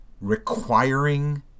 requiring